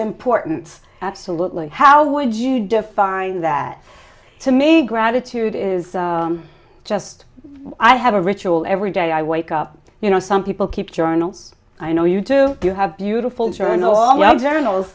important absolutely how would you define that to me gratitude is just i have a ritual every day i wake up you know some people keep journals i know you do you have beautiful journal or well journals